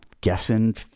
guessing